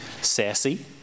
sassy